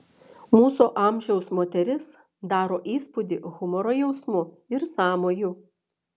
mūsų amžiaus moteris daro įspūdį humoro jausmu ir sąmoju